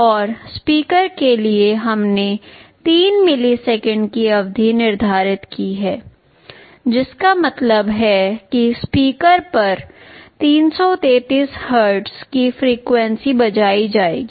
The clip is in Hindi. और स्पीकर के लिए हमने 3 मिलीसेकंड की अवधि निर्धारित की है जिसका मतलब है कि स्पीकर पर 333 हर्ट्ज की फ्रीक्वेंसी बजाई जाएगी